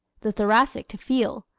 the thoracic to feel,